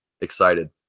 excited